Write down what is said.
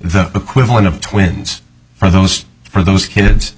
the equivalent of twins for those for those kids